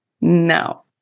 No